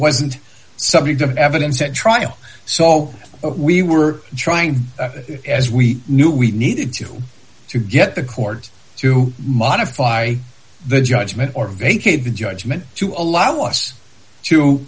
wasn't subject of evidence at trial so we were trying as we knew we needed to to get the court to modify the judgment or vacate the judgment to allow us